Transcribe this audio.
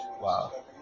wow